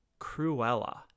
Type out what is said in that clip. Cruella